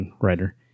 writer